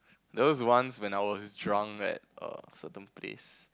there was once when I was drunk at err certain place